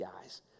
guys